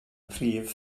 prif